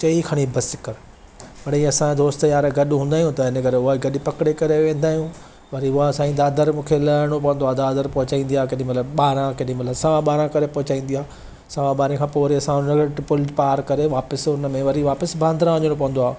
चयईं खणी बसि कर मिड़ई असां दोस्त यारु गॾु हूंदा आहियूं त इन करे उहा ई गॾु पकिड़े करे वेंदा आहियूं वरी उहा साईं दादर मूंखे लहिणो पवंदो आहे दादर पहुचाईंदी आहे केॾीमहिल ॿारहं केॾीमहिल सवा ॿारहं करे पहुचाईंदी आहे सवा ॿारहें खां पोइ वरी असां डाइरेक्ट पुल पार करे वापसि उन में वरी वापसि बांद्रा वञिणो पवंदो आहे